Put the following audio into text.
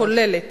הכוללת